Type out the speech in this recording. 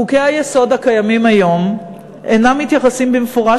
חוקי-היסוד הקיימים היום אינם מתייחסים במפורש